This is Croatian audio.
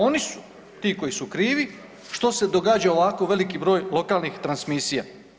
Oni su ti koji su krivi što se događa ovako veliki broj lokalnih transmisija.